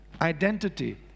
identity